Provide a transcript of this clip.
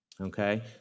Okay